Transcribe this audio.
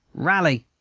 rally.